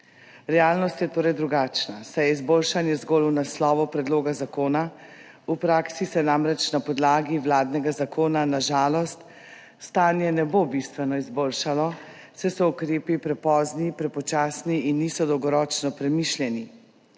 Realnost je torej drugačna, saj je izboljšanje zgolj v naslovu predloga zakona, v praksi se namreč na podlagi vladnega zakona na žalost stanje ne bo bistveno izboljšalo, saj so ukrepi prepozni, prepočasni in niso dolgoročno premišljeni.